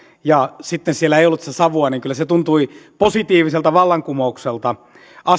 ja sitten siellä ei ollut sitä savua niin kyllä se tuntui positiiviselta vallankumoukselta